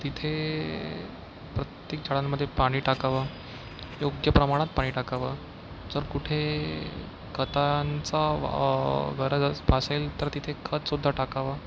तिथे प्रत्येक झाडांमध्ये पाणी टाकावं योग्य प्रमाणात पाणी टाकावं जर कुठे खतांचा वा गरज भासेल तर तिथे खतसुद्धा टाकावं